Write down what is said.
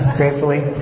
gratefully